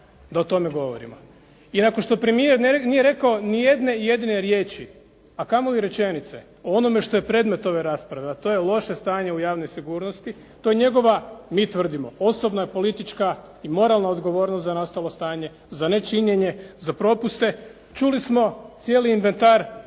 da o tome govorimo. Jer nakon što premijer nije rekao ni jedne jedine riječi, a kamoli rečenice o onome što je predmet ove rasprave, a to je loše stanje u javnoj sigurnosti. To je njegova, mi tvrdimo, osobna, politička i moralna odgovornost za nastalo stanje, za nečinjenje, za propuste. Čuli smo cijeli